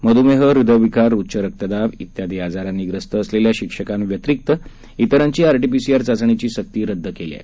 मध्यमेह हृदयविकार उच्च रक्तदाब इत्यादी आजारांनी ग्रस्त असलेल्या शिक्षकांव्यतिरिक्त इतरांची आरटीपीसीआर चाचणीची सक्ती रद्द करण्यात आली आहे